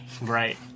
Right